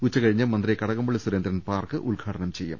ഉച്ചകഴിഞ്ഞ് മന്ത്രി കടകംപള്ളി സുരേന്ദ്രൻ പാർക്ക് ഉദ്ഘാ ടനം ചെയ്യും